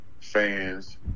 fans